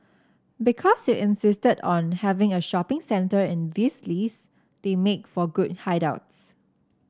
because you insisted on having a shopping centre in this list they make for good hideouts